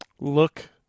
Look